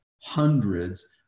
hundreds